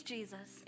Jesus